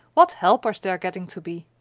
what helpers they are getting to be!